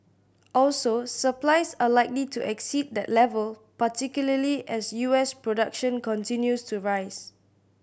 also supplies are likely to exceed that level particularly as U S production continues to rise